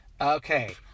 okay